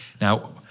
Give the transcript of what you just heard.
Now